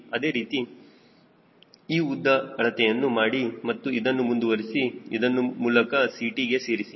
ಅದೇ ರೀತಿ ಈ ಉದ್ದ ಅಳತೆಯನ್ನು ಮಾಡಿ ಮತ್ತು ಇದನ್ನು ಮುಂದುವರೆಸಿ ಇದನ್ನು ಮೂಲಕ್ಕೆ CTಗೆ ಸೇರಿಸಿ